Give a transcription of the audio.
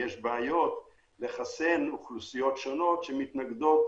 יש בעיות לחסן אוכלוסיות שונות שמתנגדות